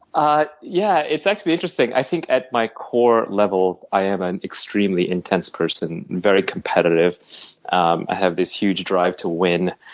ah yeah it's actually interesting. i think at my core level, i am an extremely intense person, very competitive. um i have this huge drive to win.